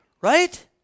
right